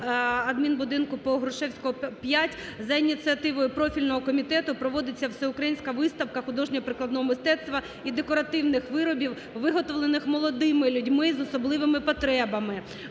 адмінбудинку по Грушевського, 5 за ініціативи профільного комітету проводиться Всеукраїнська виставка художньо-прикладного мистецтва і декоративних виробів, виготовлених молодими людьми з особливими потребами.